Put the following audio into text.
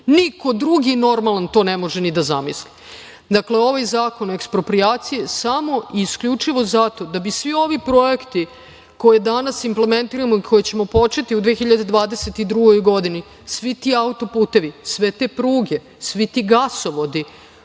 Niko drugi normalan to ne može ni da zamisli. Dakle, ovaj Zakon o eksproprijaciji samo i isključivo je zato da bi svi ovi projekti koje danas implementiramo i koje ćemo početi u 2022. godini, svi ti auto-putevi, sve te pruge, svi ti gasovodi,